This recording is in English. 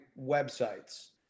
websites